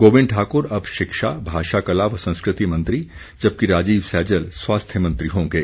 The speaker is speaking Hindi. गोबिंद ठाकुर अब शिक्षा भाषा कला व संस्कृति मंत्री जबकि राजीव सैजल स्वास्थ्य मंत्री होंगे